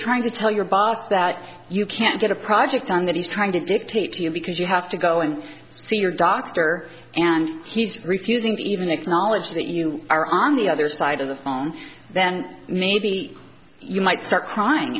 trying to tell your boss that you can't get a project on that he's trying to dictate to you because you have to go and see your doctor and he's refusing to even acknowledge that you are on the other side of the phone then maybe you might start crying